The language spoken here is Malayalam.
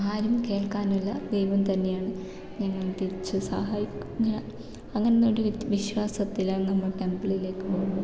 ആരും കേൾക്കാനില്ല ദൈവം തന്നെയാണ് ഞങ്ങൾ തിരിച്ച് സഹായിക്കാൻ അങ്ങനെ ഒരു വിശ്വാസത്തിലാണ് നമ്മൾ ടെമ്പിളിലേക്ക് പോകുന്നത്